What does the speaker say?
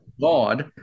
god